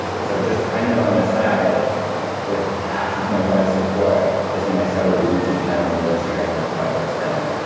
and so just kind of on the side with half of my wife's support is when i started the youtube channel and the instagram, the bucket list family